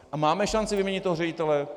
A máme šanci vyměnit toho ředitele?